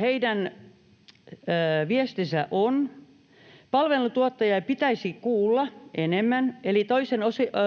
Heidän viestinsä on: palveluntuottajia pitäisi kuulla enemmän, eli toisen